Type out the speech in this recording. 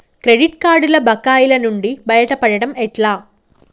Credit కార్డుల బకాయిల నుండి బయటపడటం ఎట్లా?